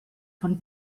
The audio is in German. von